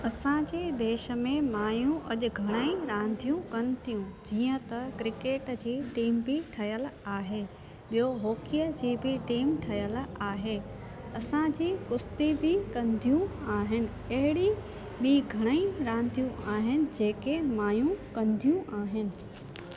असांजे देश में मायूं अॼु घणेई रांदियूं कनि थियूं जीअं त क्रिकेट जी टीम बि ठहियल आहे ॿियो हॉकीअ जी बि टीम ठहियल आहे असांजी कुस्ती बि कंदियूं आहिनि अहिड़ी ॿीं घणेई रांदियूं आहिनि जेके मायूं कंदियूं आहिनि